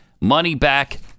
money-back